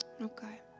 Okay